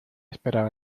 esperaba